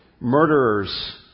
murderers